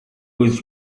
was